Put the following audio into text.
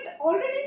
already